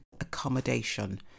accommodation